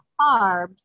carbs